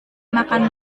makan